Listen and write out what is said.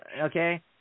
okay